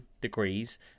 degrees